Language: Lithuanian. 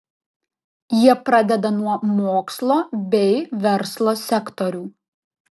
jie pradeda nuo mokslo bei verslo sektorių